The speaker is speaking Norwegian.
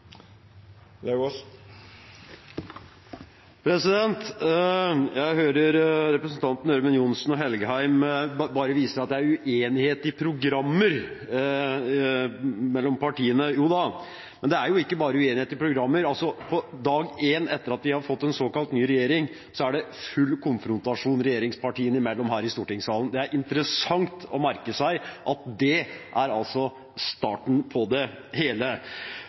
at det er uenighet mellom partiene bare i programmene, men det er jo ikke uenighet bare i programmene. På dag én etter at vi har fått en såkalt ny regjering, er det full konfrontasjon regjeringspartiene imellom her i stortingssalen. Det er interessant å merke seg at det er starten på det hele.